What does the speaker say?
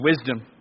wisdom